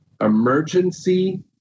emergency